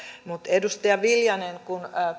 edustaja viljanen kun